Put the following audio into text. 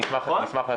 אני אשמח להסביר.